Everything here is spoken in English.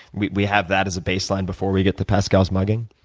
we we have that as a baseline before we get to pascal's mugging?